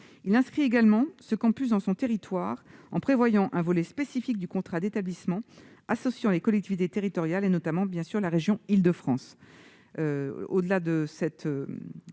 à inscrire ce campus dans son territoire, en prévoyant un volet spécifique du contrat d'établissement associant les collectivités territoriales, notamment la région d'Île-de-France.